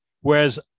whereas